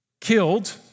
killed